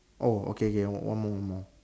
oh okay K one more one more